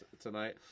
tonight